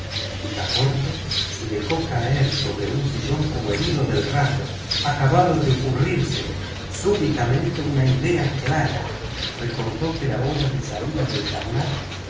picaporte se dejó caer sobre su sillón como herido del rayo acababa de ocurrírsele súbitamente una idea clara recordó que la hora de salida del carnatic